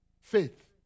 Faith